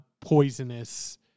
poisonous